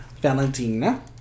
Valentina